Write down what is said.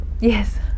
Yes